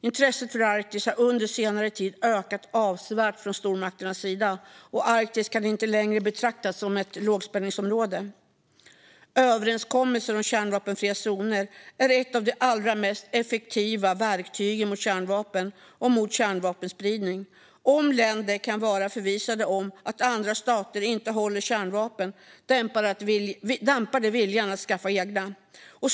Intresset för Arktis har under senare tid ökat avsevärt från stormakternas sida, och Arktis kan inte längre betraktas som ett lågspänningsområde. Överenskommelser om kärnvapenfria zoner är ett av de allra mest effektiva verktygen mot kärnvapen och mot kärnvapenspridning. Om länder kan vara förvissade om att andra stater inte håller kärnvapen dämpar det viljan att skaffa egna.